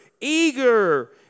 eager